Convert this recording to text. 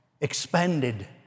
expanded